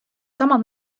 sama